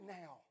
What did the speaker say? now